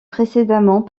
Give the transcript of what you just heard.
précédemment